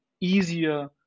easier